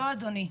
לא אדוני.